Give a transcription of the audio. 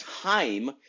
time